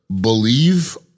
believe